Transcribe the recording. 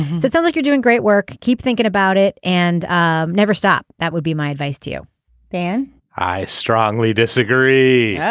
so it sounds like you're doing great work. keep thinking about it and um never stop. that would be my advice to you dan i strongly disagree.